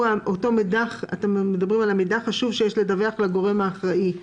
אותו "מידע חשוב שיש לדווח לגורם האחראי"?